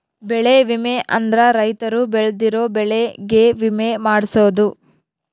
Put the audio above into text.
ಬೆಳೆ ವಿಮೆ ಅಂದ್ರ ರೈತರು ಬೆಳ್ದಿರೋ ಬೆಳೆ ಗೆ ವಿಮೆ ಮಾಡ್ಸೊದು